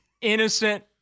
innocent